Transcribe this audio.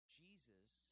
jesus